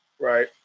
right